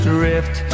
drift